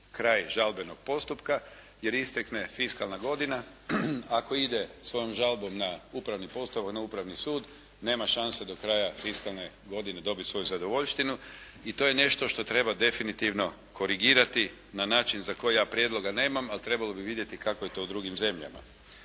kraj žalbenog postupka jer istekne fiskalna godina. Ako ide svojom žalbom na upravni postupak, na Upravni sud nema šanse do kraja fiskalne godine dobiti svoju zadovoljštinu. I to je nešto što treba definitivno korigirati na način za koji ja prijedloga nemam ali trebalo bi vidjeti kako je to u drugim zemljama.